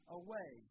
away